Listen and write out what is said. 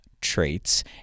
traits